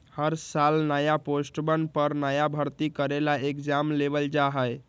हर साल नया पोस्टवन पर नया भर्ती करे ला एग्जाम लेबल जा हई